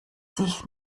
sich